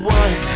one